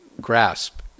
grasp